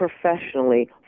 professionally